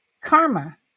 karma